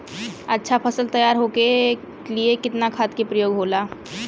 अच्छा फसल तैयार होके के लिए कितना खाद के प्रयोग होला?